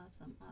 awesome